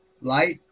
light